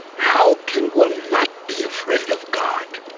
how can one not be afraid of god?